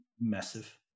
massive